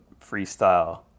freestyle